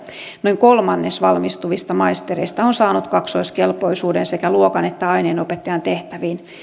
noin kolmannes valmistuvista maistereista on saanut kaksoiskelpoisuuden sekä luokan että aineenopettajan tehtäviin